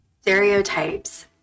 Stereotypes